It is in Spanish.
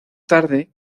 tarde